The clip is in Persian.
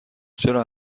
چرا